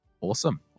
Awesome